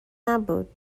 نبود